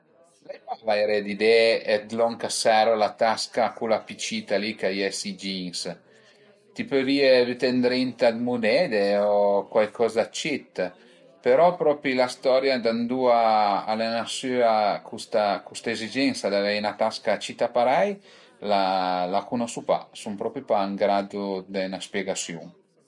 L'ai pa vaire d'idee d'lon ch'a serv la tasca cula pi cita, li ch'a ie si jeans, ti pudrìe büté ëndrinta le munede o cuaicoza dë cit, però propi la storia d'ëndua al e nasüa custa custa ezigensa d'avei 'na tasca cita parei, la cunosu pa, sun propi pa ën graddu dë de 'na spiegasiun